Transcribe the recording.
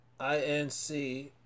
INC